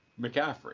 McCaffrey